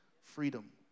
freedom